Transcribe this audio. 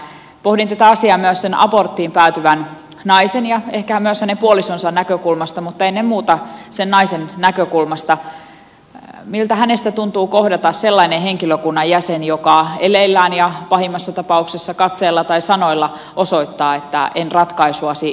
pohdin tätä asiaa myös sen aborttiin päätyvän naisen ja ehkä myös hänen puolisonsa näkökulmasta mutta ennen muuta sen naisen näkökulmasta miltä hänestä tuntuu kohdata sellainen henkilökunnan jäsen joka eleillään ja pahimmassa tapauksessa katseella tai sanoilla osoittaa että en ratkaisuasi hyväksy